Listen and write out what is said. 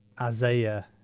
Isaiah